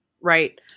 Right